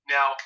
Now